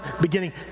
beginning